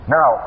Now